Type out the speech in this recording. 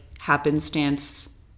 happenstance